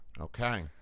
Okay